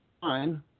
fine